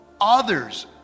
others